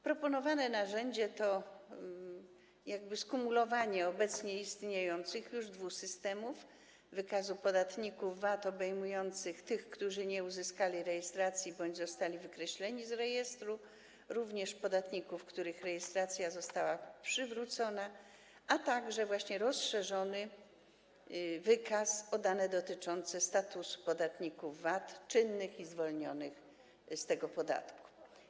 Proponowane narzędzie to jakby skumulowanie obecnie istniejących już dwóch systemów: wykazu podatników VAT obejmującego tych, którzy nie uzyskali rejestracji bądź zostali wykreśleni z rejestru, również podatników, których rejestracja została przywrócona, a także właśnie rozszerzony wykaz o dane dotyczące statusu podatników VAT czynnych i zwolnionych z tego podatku.